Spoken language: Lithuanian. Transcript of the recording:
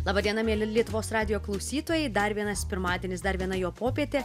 laba diena mieli lietuvos radijo klausytojai dar vienas pirmadienis dar viena jo popietė